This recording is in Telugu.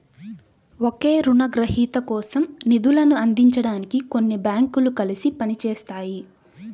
ఒకే రుణగ్రహీత కోసం నిధులను అందించడానికి కొన్ని బ్యాంకులు కలిసి పని చేస్తాయి